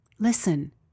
Listen